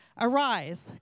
Arise